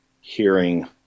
hearing